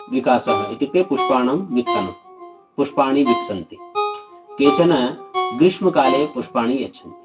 विकासः इत्युक्ते पुष्पाणां विकसनं पुष्पाणि विकसन्ति केचन ग्रीष्मकाले पुष्पाणि यच्छन्ति